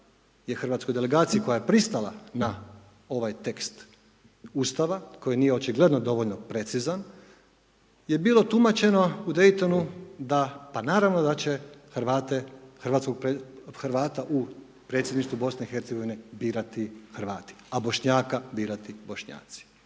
hrvatskoj delegaciji koja je pristala na ovaj tekst Ustava koji nije očigledno dovoljno precizan je bilo tumačeno u Dejtonu da, pa naravno, da će Hrvate, Hrvata u predsjedništvu BiH birati Hrvati, a Bošnjaka birati Bošnjaci.